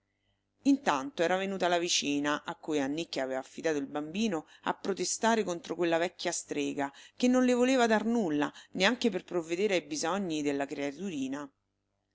intanto era venuta la vicina a cui annicchia aveva affidato il bambino a protestare contro quella vecchia strega che non le voleva dar nulla neanche per provvedere ai bisogni della creaturina